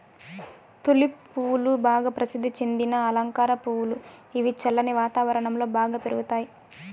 tulip పువ్వులు బాగా ప్రసిద్ది చెందిన అలంకార పువ్వులు, ఇవి చల్లని వాతావరణం లో బాగా పెరుగుతాయి